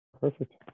Perfect